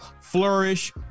flourish